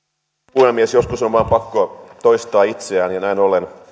puhemies joskus on vain pakko toistaa itseään ja näin ollen